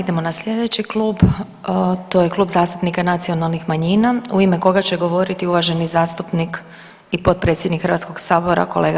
Idemo na slijedeći klub, to je Klub zastupnika nacionalnih manjina u ime koga će govoriti uvaženi zastupnik i potpredsjednik Hrvatskog sabora kolega